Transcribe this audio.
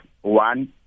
One